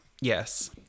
Yes